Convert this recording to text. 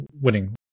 winning